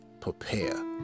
Prepare